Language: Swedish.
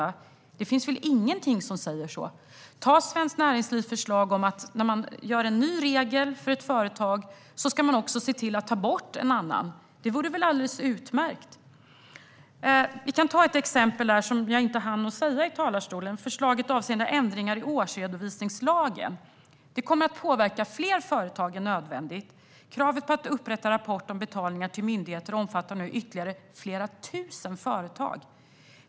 Men det finns väl ingen som säger så. Se på Svenskt Näringslivs förslag! När man gör en ny regel för företag ska man också se till att ta bort en annan. Det vore alldeles utmärkt. Låt mig ta upp ett exempel som jag inte hann nämna i talarstolen tidigare. Det handlar om förslaget avseende ändringar i årsredovisningslagen. Det kommer att påverka fler företag än nödvändigt. Kravet på att upprätta rapport om betalningar till myndigheter omfattar nu ytterligare flera tusen företag.